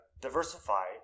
diversify